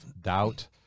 doubt